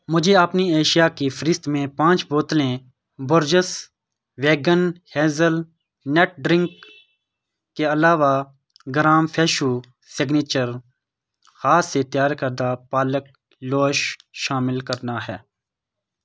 مجھے اپنی اشیا کی فہرست میں پانچ بوتلیں Borges vegan hazelnut drink کے علاوہ گرام فریشو سگنیچر ہاتھ سے تیار کردہ پالک لوئش شامل کرنا ہے